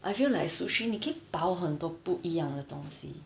I feel like sushi 你可以包很多不一样的东西